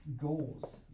goals